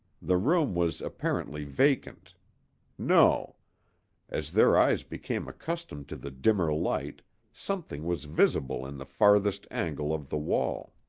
the room was apparently vacant no as their eyes became accustomed to the dimmer light something was visible in the farthest angle of the wall.